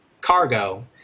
cargo